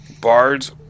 Bards